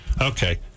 Okay